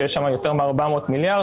שיש שם יותר מ-400 מיליארד,